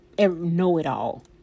know-it-all